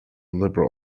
liberal